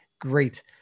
great